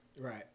Right